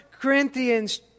Corinthians